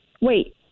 Wait